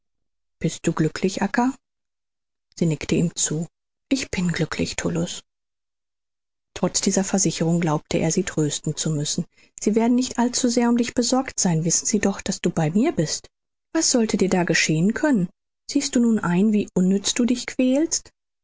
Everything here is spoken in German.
bist du glücklich acca sie nickte ihm zu ich bin glücklich tullus trotz dieser versicherung glaubte er sie trösten zu müssen sie werden nicht allzusehr um dich besorgt sein wissen sie doch daß du mit mir bist was sollte dir da geschehen können siehst du nun ein wie unnütz du dich quälst